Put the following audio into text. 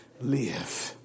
live